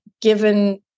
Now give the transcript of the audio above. given